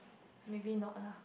maybe not lah